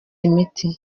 imiti